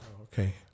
Okay